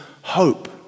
hope